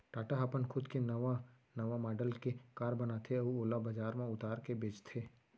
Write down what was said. टाटा ह अपन खुद के नवा नवा मॉडल के कार बनाथे अउ ओला बजार म उतार के बेचथे